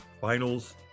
finals